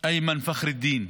איימן פח'ר אל-דין,